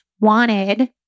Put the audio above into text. wanted